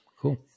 Cool